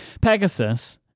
Pegasus